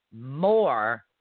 more